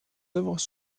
œuvres